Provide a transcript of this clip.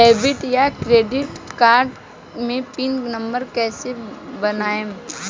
Debit या credit card मे PIN number कैसे बनाएम?